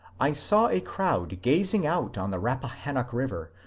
i saw a crowd gazing out on the rappahannock river,